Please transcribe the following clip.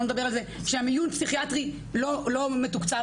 שלא נדבר על זה שהמיון הפסיכיאטרי לא מתוקצב,